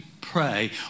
pray